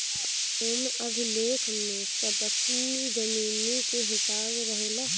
भूमि अभिलेख में सबकी जमीनी के हिसाब रहेला